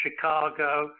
Chicago